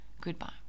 Goodbye